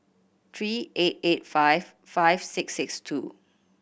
three eight eight five five six six two